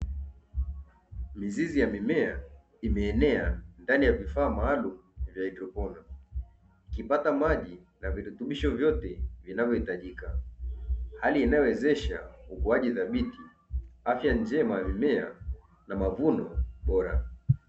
Mizizi ya mimea, imeenea ndani ya vifaa maalumu vya haidroponi ikipata maji na virutubisho vyote vinavyohitajika, hali inayowezesha ukuaji thabiti, afya njema ya mimea na mavuno bora.